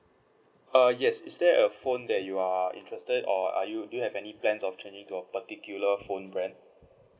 uh yes is there a phone that you are interested or are you do you have any plans of changing to a particular phone brand